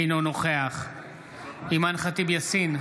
אינו נוכח אימאן ח'טיב יאסין,